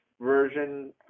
version